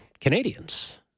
Canadians